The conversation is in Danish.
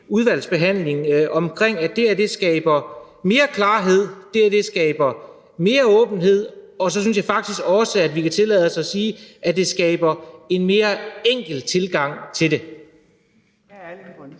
udvalgsbehandling om, at det her skaber mere klarhed, mere åbenhed, og så synes jeg faktisk også, at vi kan tillade os at sige, at det skaber en mere enkel tilgang til det.